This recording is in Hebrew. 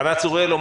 אענה באיזו